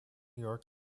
york